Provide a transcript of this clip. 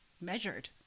measured